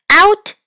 out